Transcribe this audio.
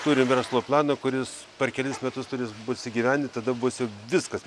turim verslo planą kuris per kelis metus turės bus įgyvendinti tada bus viskas